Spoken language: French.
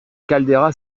caldeira